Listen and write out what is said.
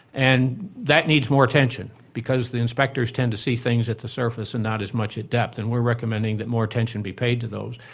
and that needs more attention because the inspectors tend to see things at the surface and not as much at depth, and we're recommending that more attention be paid to those.